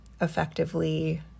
effectively